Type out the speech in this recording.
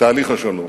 תהליך השלום,